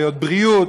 בעיות בריאות,